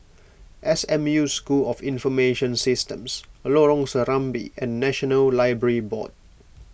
S M U School of Information Systems Lorong Serambi and National Library Board